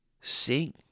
sing